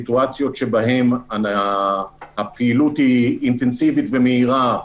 סיטואציות שבהן הפעילות היא אינטנסיבית ומהירה,